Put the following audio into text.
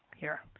here.